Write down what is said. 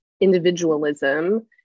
individualism